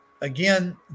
Again